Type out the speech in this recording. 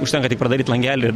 užtenka tik pradaryt langelį ir